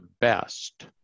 best